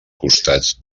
costats